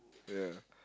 ya